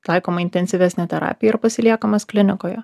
taikoma intensyvesnė terapija ir pasiliekamas klinikoje